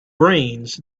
brains